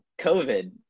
COVID